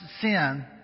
sin